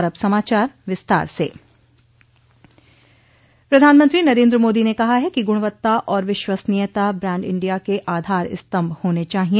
अब समाचार विस्तार से प्रधानमंत्री नरेंद्र मोदी ने कहा है कि गुणवत्ता और विश्वसनीयता ब्रांड इंडिया के आधार स्तंभ होने चाहिए